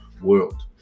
world